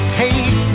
take